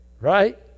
Right